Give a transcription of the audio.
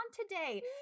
today